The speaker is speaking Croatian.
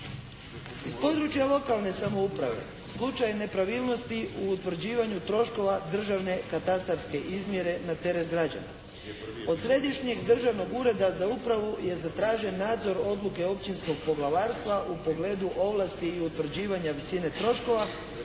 Iz područja lokalne samouprave slučaj nepravilnosti u utvrđivanju troškova državne katastarske izmjere na teret građana. Od Središnjeg državnog ureda za upravu je zatražen nadzor odluke općinskog poglavarstva u pogledu ovlasti i utvrđivanja visine troškova,